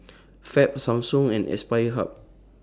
Fab Samsung and Aspire Hub